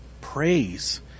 praise